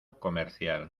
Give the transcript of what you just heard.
comercial